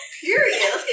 period